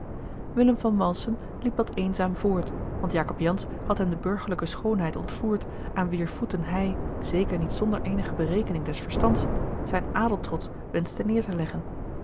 willem van malsem liep wat eenzaam voort want jacob jansz had hem de burgerlijke schoonheid ontvoerd aan wier voeten hij zeker niet zonder eenige berekening des verstands zijn adeltrots wenschte neêr te leggen